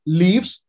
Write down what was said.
leaves